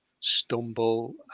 stumble